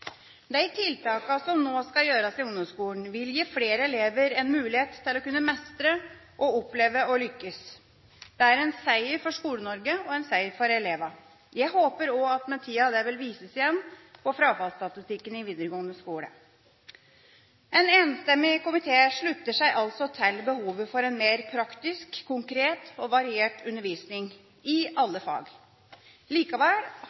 De tiltakene som nå skal gjøres i ungdomsskolen, vil gi flere elever mulighet til å kunne mestre og oppleve å lykkes. Det er en seier for Skole-Norge og en seier for elevene. Jeg håper det også med tida vil vises på frafallsstatistikken i videregående skole. En enstemmig komité slutter seg altså til behovet for en mer praktisk, konkret og variert undervisning i alle fag. Likevel